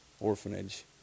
Orphanage